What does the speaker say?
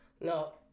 No